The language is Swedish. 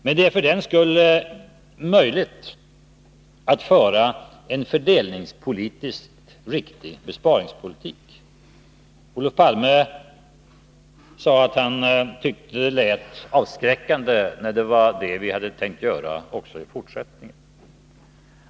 Men det är för den skull möjligt att föra en fördelningspolitiskt riktig besparingspolitik. Olof Palme sade att han tyckte att det lät avskräckande att vi ville göra detta också i fortsättningen.